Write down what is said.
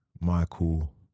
Michael